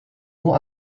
nur